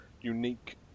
unique